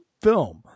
film